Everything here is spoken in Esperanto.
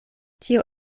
tio